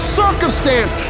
circumstance